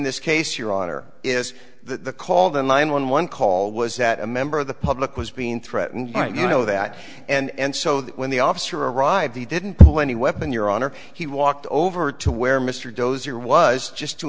this case your honor is the call the nine one one call was that a member of the public was being threatened you know that and so that when the officer arrived he didn't pull any weapon your honor he walked over to where mr dozier was just to